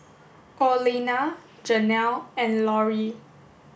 Orlena Janelle and Lori